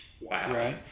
Wow